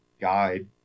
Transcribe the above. guide